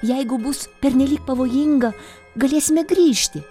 jeigu bus pernelyg pavojinga galėsime grįžti